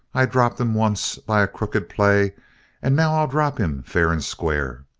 i dropped him once by a crooked play and now i'll drop him fair and square,